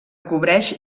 cobreix